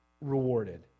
rewarded